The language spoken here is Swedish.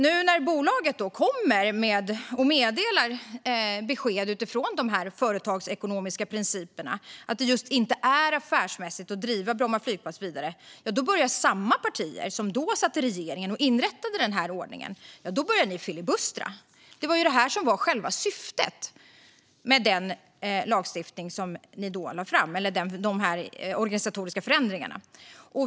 Nu när bolaget ger besked utifrån de företagsekonomiska principerna, det vill säga att det inte är affärsmässigt att driva Bromma flygplats vidare, börjar samma partier som då satt i regeringen och inrättade denna ordning att filibustra. Det var det här som var själva syftet med de organisatoriska förändringarna.